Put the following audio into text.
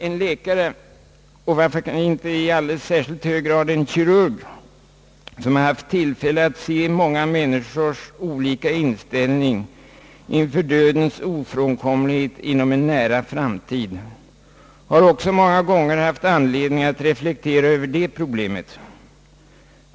En läkare, varför inte alldeles särskilt en kirurg, som haft tillfälle att se många olika människors inställning inför dödens ofrånkomlighet inom en nära framtid, har också många gånger haft anledning att reflektera över problemet.